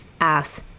ass